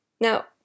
Now